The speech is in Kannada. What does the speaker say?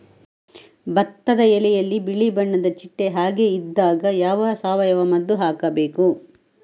ಭತ್ತದ ಎಲೆಯಲ್ಲಿ ಬಿಳಿ ಬಣ್ಣದ ಚಿಟ್ಟೆ ಹಾಗೆ ಇದ್ದಾಗ ಯಾವ ಸಾವಯವ ಮದ್ದು ಹಾಕಬೇಕು?